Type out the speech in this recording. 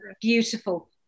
beautiful